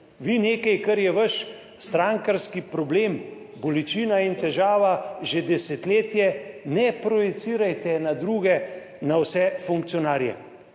Vi nekaj, kar je vaš strankarski problem, bolečina in težava že desetletje, ne projicirajte na druge, na vse funkcionarje.